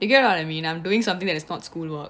you get what I mean I'm doing something that is not school work